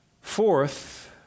Fourth